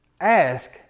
ask